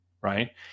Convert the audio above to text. right